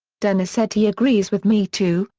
dennis said he agrees with me, too,